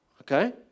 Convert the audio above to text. okay